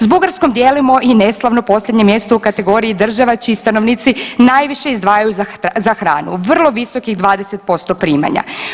S Bugarskom dijelimo i neslavno posljednje mjesto u kategoriji država čiji stanovnici najviše izdvajaju za hranu, vrlo visokih 20% primanja.